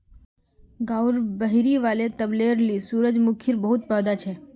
गांउर बहिरी वाले तलबेर ली सूरजमुखीर बहुत पौधा छ